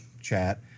chat